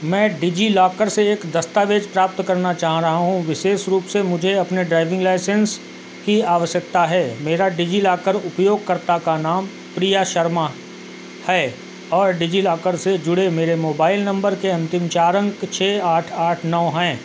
मैं डिजिलॉकर से एक दस्तावेज़ प्राप्त करना चाह रहा हूँ विशेष रूप से मुझे अपने ड्राइविंग लाइसेंस की आवश्यकता है मेरा डिजिलॉकर उपयोगकर्ता नाम प्रिया शर्मा है और डिजिलॉकर से जुड़े मेरे मोबाइल नंबर के अंतिम चार अंक छः आठ आठ नौ हैं